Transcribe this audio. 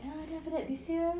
ya then after that this year